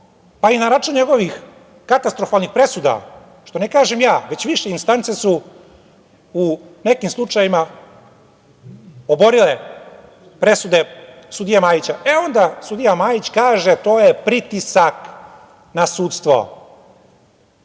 pa i na račun njegovih katastrofalnih presuda, što ne kažem ja, već više instance su u nekim slučajevima oborile presude sudije Majića, e onda sudija Majić kaže – to je pritisak na sudstvo.